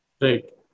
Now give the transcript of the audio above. Right